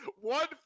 one